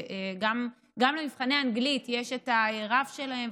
גם למבחני האנגלית יש את הרף שלהם,